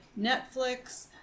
Netflix